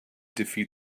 defeat